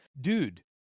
Dude